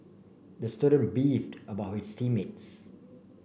the student beefed about his team mates